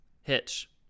Hitch